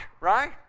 right